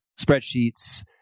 spreadsheets